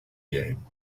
game